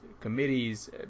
committees